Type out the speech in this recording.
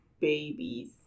babies